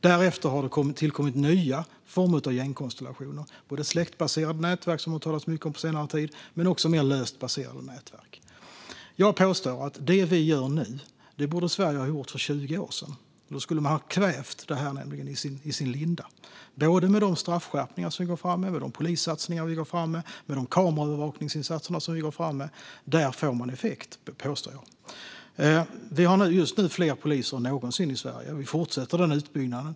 Därefter har det tillkommit nya gängkonstellationer - släktbaserade nätverk, som det talats mycket om på senare tid, men också mer löst baserade nätverk. Jag påstår att det vi gör nu, det borde Sverige ha gjort för 20 år sedan. Då skulle man nämligen ha kvävt det här i sin linda. Med de straffskärpningar vi går fram med, de polisinsatser vi går fram med och de kameraövervakningsinsatser vi går fram med får man effekt, påstår jag. Vi har just nu fler poliser än någonsin i Sverige, och vi fortsätter den utbyggnaden.